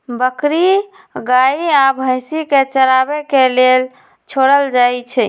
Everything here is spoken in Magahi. बकरी गाइ आ भइसी के चराबे के लेल छोड़ल जाइ छइ